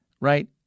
right